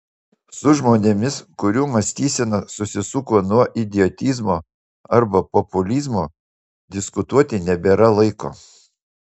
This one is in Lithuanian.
su žmonėmis kurių mąstysena susisuko nuo idiotizmo arba populizmo diskutuoti nebėra laiko